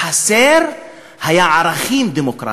החסר היה ערכים דמוקרטיים,